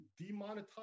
demonetize